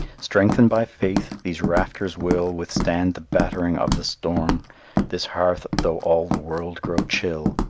strengthened by faith, these rafters will withstand the battering of the storm this hearth, though all the world grow chill,